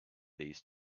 these